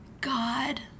God